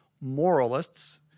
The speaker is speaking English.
moralists